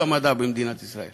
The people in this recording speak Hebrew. את המדע במדינת ישראל